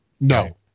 No